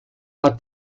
hat